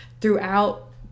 throughout